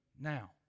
now